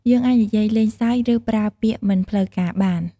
យើងអាចនិយាយលេងសើច ឬប្រើពាក្យមិនផ្លូវការបាន។